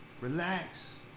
Relax